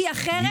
כי אחרת,